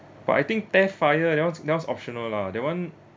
but I think theft fire that one's that one is optional lah that one